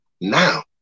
now